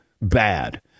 bad